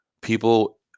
People